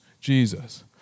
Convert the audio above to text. Jesus